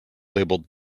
labeled